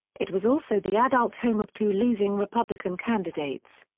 it was also the adult home of two losing republican candidates.